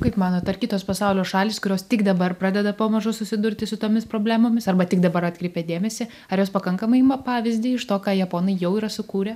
kaip manot ar kitos pasaulio šalys kurios tik dabar pradeda pamažu susidurti su tomis problemomis arba tik dabar atkreipė dėmesį ar jos pakankamai ima pavyzdį iš to ką japonai jau yra sukūrę